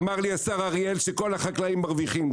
אמר לי השר אריאל שכל החקלאים מרוויחים,